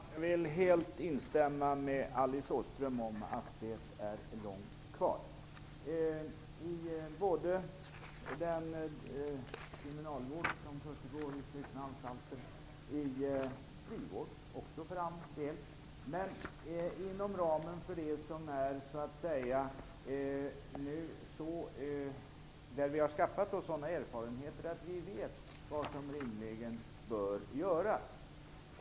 Fru talman! Jag instämmer helt med Alice Åström om att det är långt kvar såväl inom kriminalvården i slutna anstaler - och för den delen också i frivården - som inom ramen för det område där vi skaffat oss sådana erfarenheter att vi vet vad som rimligen bör göras.